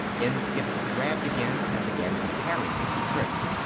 inskipp grabbed again and began comparing the two prints.